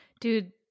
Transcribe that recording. Dude